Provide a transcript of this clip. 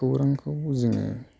खौरांखौ जोङो